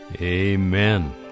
Amen